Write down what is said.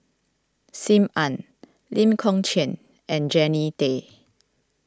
Sim Ann Lee Kong Chian and Jannie Tay